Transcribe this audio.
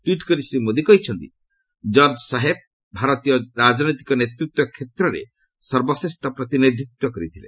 tweet କରି ଶ୍ରୀ ମୋଦି କହିଛନ୍ତି George ସାହେବ ଭାରତୀୟ ରାଜନୈତିକ ନେତୃତ୍ୱ କ୍ଷେତ୍ରରେ ସର୍ବଶ୍ରେଷ୍ଠ ପ୍ରତିନିଧିତ୍ୱ କରିଥିଲେ